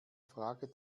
frage